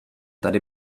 tady